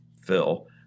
Phil